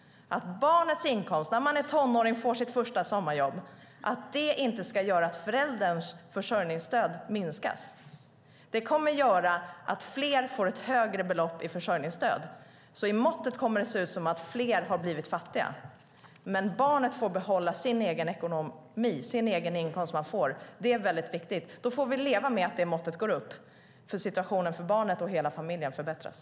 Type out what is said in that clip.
När man är tonåring och får sitt första sommarjobb ska det inte göra att förälderns försörjningsstöd minskas. Det kommer att innebära att fler får ett högre belopp i försörjningsstöd, så i det mått vi använder kommer det att se ut som om fler har blivit fattiga. Men barnet får behålla sin egen inkomst - det är viktigt. Då får vi leva med att måttet går upp, för situationen för barnet och hela familjen förbättras.